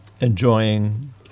enjoying